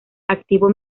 activo